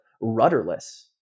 rudderless